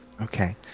Okay